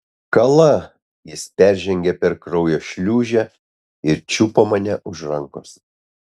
kala jis peržengė per kraujo šliūžę ir čiupo mane už rankos